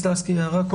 חברת הכנסת לסקי, הערה?